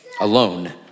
Alone